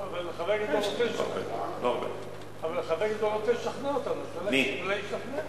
בר-און רוצה לשכנע אותנו, אולי נשתכנע.